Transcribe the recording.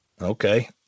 Okay